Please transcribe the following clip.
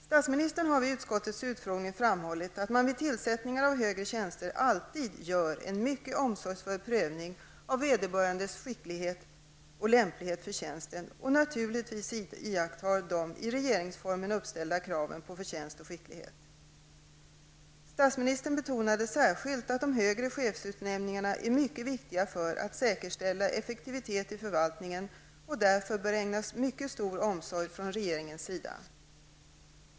Statsministern har vid utskottets utfrågning framhållit att man vid tillsättningar av högre tjänster alltid gör en mycket omsorgsfull prövning av vederbörandes lämplighet för tjänsten och naturligtvis iakttar de i regeringsformen uppställda kraven på förtjänst och skicklighet. Statsministern betonade särskilt att de högre chefsutnämningarna är mycket viktiga för att säkerställa effektivitet i förvaltningen och därför bör ägnas mycket stor omsorg från regeringens sida.